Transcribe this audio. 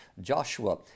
Joshua